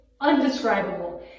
undescribable